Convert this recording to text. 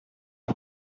fue